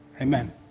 Amen